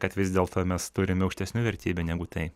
kad vis dėlto mes turim aukštesnių vertybių negu tai